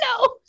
No